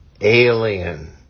alien